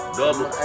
double